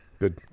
Good